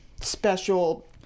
special